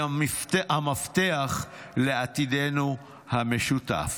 היא המפתח לעתידנו המשותף.